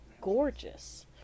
gorgeous